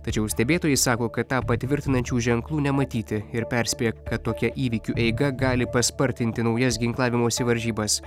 tačiau stebėtojai sako kad tą patvirtinančių ženklų nematyti ir perspėja kad tokia įvykių eiga gali paspartinti naujas ginklavimosi varžybas